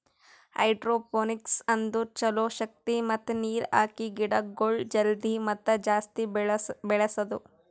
hydroponics ಅಂದುರ್ ಛಲೋ ಶಕ್ತಿ ಮತ್ತ ನೀರ್ ಹಾಕಿ ಗಿಡಗೊಳ್ ಜಲ್ದಿ ಮತ್ತ ಜಾಸ್ತಿ ಬೆಳೆಸದು